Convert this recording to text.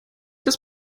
das